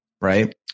Right